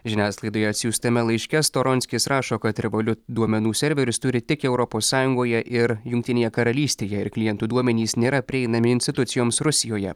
žiniasklaidai atsiųstame laiške storonskis rašo kad revolut duomenų serverius turi tik europos sąjungoje ir jungtinėje karalystėje ir klientų duomenys nėra prieinami institucijoms rusijoje